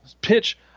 pitch